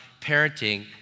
parenting